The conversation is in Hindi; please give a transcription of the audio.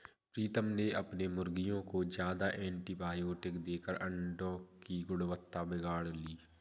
प्रीतम ने अपने मुर्गियों को ज्यादा एंटीबायोटिक देकर अंडो की गुणवत्ता बिगाड़ ली